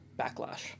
backlash